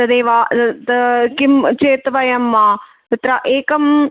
तदेव त् किं चेत् वयं तत्र एकं